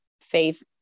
faith